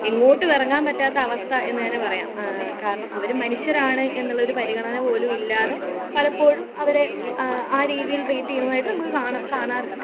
എങ്ങോട്ടുമിറങ്ങാൻ പറ്റാത്ത അവസ്ഥ എന്ന് തന്നെ പറയാം കാരണം അവരും മനുഷ്യരാണ് എന്നുള്ള ഒരു പരിഗണന പോലും ഇല്ലാതെ പലപ്പോഴും അവരെ ആ രീതിയിൽ ട്രീറ്റ് ചെയ്യുന്നതായിട്ട് നമുക്ക് കാണാറുണ്ട്